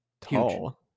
tall